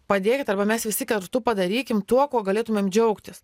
padėkit arba mes visi kartu padarykim tuo kuo galėtumėm džiaugtis